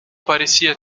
parecia